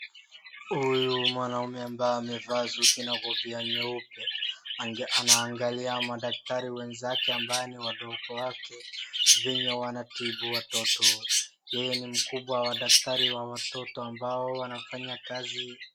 Huyu mwanamume ambaye amevaa suti na kofia nyeupe ,ange anaangalia madaktari wenzake ambaye ni wadogo wake venye wanatibu watoto. Yeye ni mkubwa wa daktari wa watoto ambao wanafanya kazi.